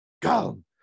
come